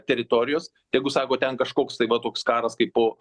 teritorijos tegu sako ten kažkoks tai va toks karas kaip po